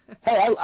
Hey